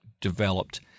developed